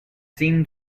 seemed